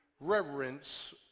reverence